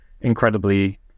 incredibly